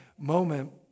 moment